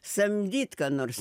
samdyt ką nors